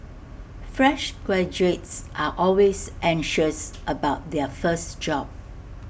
fresh graduates are always anxious about their first job